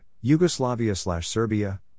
Yugoslavia-Serbia